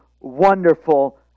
wonderful